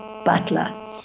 butler